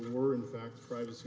were in fact privacy